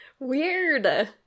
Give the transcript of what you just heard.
Weird